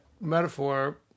metaphor